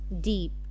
deep